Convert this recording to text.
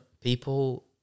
People